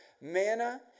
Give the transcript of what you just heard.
Manna